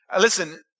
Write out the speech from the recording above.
Listen